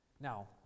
Now